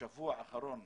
בשבוע האחרון,